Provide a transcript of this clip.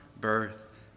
birth